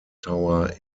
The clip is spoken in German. tower